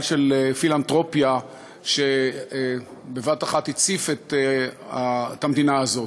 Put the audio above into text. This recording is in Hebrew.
של פילנתרופיה שבבת-אחת הציפה את המדינה הזאת,